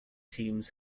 teams